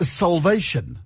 salvation